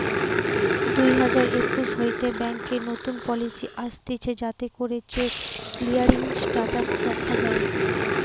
দুই হাজার একুশ হইতে ব্যাংকে নতুন পলিসি আসতিছে যাতে করে চেক ক্লিয়ারিং স্টেটাস দখা যায়